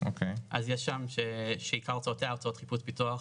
אז יש שם שעיקר הוצאותיה הוצאות חיפוש, פיתוח.